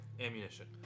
ammunition